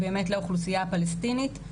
רק צריך לשלוף אותו ולהחתים את השר עליו.